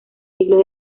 siglos